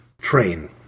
train